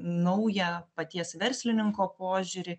naują paties verslininko požiūrį